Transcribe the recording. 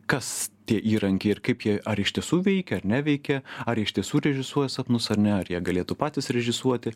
kas tie įrankiai ir kaip jie ar iš tiesų veikia ar neveikia ar iš tiesų režisuoja sapnus ar ne ar jie galėtų patys režisuoti